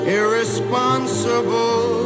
irresponsible